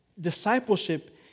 discipleship